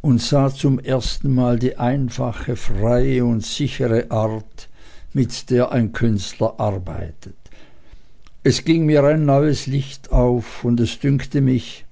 und sah zum ersten mal die einfache freie und sichere art mit der ein künstler arbeitet es ging mir ein neues licht auf und es dünkte mich